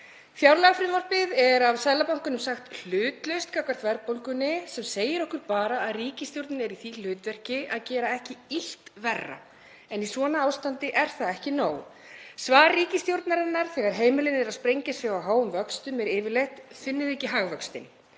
Fjárlagafrumvarpið er af Seðlabankanum sagt vera hlutlaust gagnvart verðbólgunni sem segir okkur bara að ríkisstjórnin er í því hlutverki að gera ekki illt verra. En í svona ástandi er það ekki nóg. Svar ríkisstjórnarinnar þegar heimilin eru að sprengja sig á háum vöxtum er yfirleitt: Finnið þið ekki hagvöxtinn?